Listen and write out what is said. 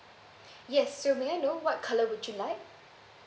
yes so may I know what colour would you like